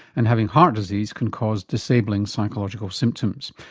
and having heart disease can cause disabling psychological symptoms.